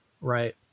Right